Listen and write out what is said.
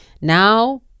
Now